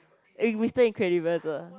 eh Mister-Incredible also ah